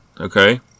okay